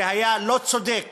זה היה לא צודק